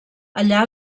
allà